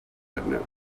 networks